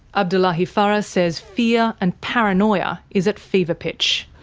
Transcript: abdullahi farah says fear and paranoia is at fever pitch.